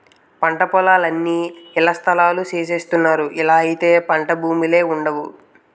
పంటపొలాలన్నీ ఇళ్లస్థలాలు సేసస్తన్నారు ఇలాగైతే పంటభూములే వుండవు